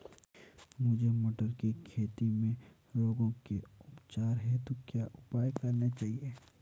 मुझे मटर की खेती में रोगों के उपचार हेतु क्या उपाय करने चाहिए?